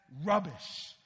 rubbish